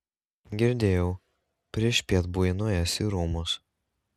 girdėjau priešpiet buvai nuėjęs į rūmus